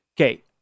Okay